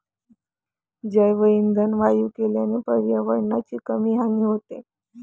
जैवइंधन वायू केल्याने पर्यावरणाची कमी हानी होते